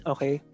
Okay